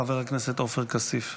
חבר הכנסת עופר כסיף.